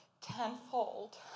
tenfold